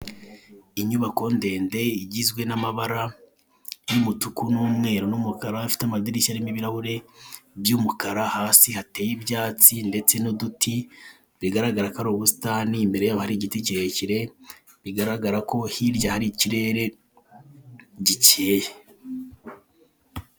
Inyubako ndende igizwe n'amabara y'umutuku n'umweru n'umukara, ifite amadirishya arimo ibirahure by'umukara hasi hateye ibyatsi ndetse n'uduti bigaragara ko ari ubusitani imbere yaho hari igiti kirekire bigaragara ko hirya hari ikirere gikeye.